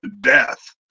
death